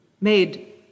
made